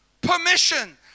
permission